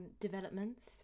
developments